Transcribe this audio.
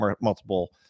multiple